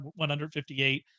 158